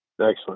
Excellent